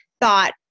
thought